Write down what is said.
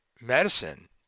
medicine